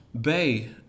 Bay